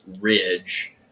ridge